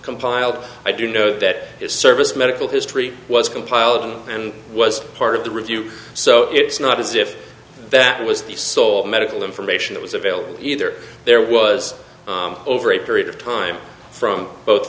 compiled i do know that his service medical history was compiled and was part of the review so it's not as if that was the sole medical information that was available either there was over a period of time from both